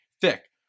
thick